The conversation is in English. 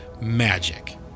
magic